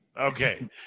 Okay